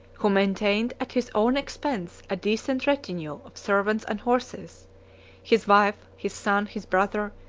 who maintained at his own expense a decent retinue of servants and horses his wife, his son, his brother,